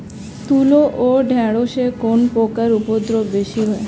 তুলো ও ঢেঁড়সে কোন পোকার উপদ্রব বেশি হয়?